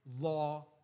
law